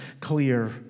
clear